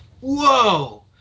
whoa